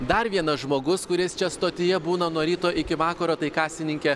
dar vienas žmogus kuris čia stotyje būna nuo ryto iki vakaro tai kasininkė